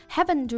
Heaven